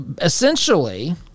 essentially